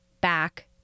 back